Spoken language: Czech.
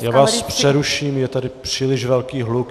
Já vás přeruším, je tady příliš velký hluk.